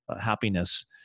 happiness